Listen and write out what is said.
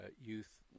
youth